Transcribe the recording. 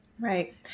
Right